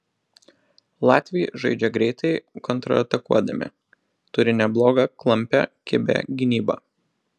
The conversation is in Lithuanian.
latviai žaidžia greitai kontratakuodami turi neblogą klampią kibią gynybą